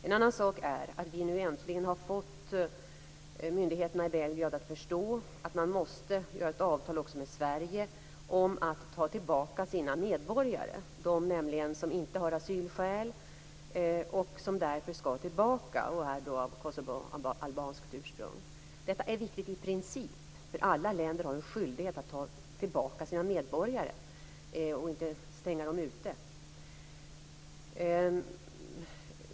En annan sak är att vi nu äntligen har fått myndigheterna i Belgrad att förstå att man måste göra ett avtal också med Sverige om att ta tillbaka sina medborgare, nämligen de som är av kosovoalbanskt ursprung och inte har asylskäl och därför skall tillbaka. Detta är viktigt i princip. Alla länder har ju en skyldighet att ta tillbaka sina medborgare och inte stänga dem ute.